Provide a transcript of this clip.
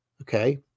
okay